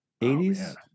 80s